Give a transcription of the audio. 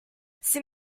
c’est